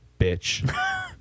bitch